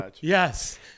Yes